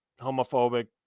homophobic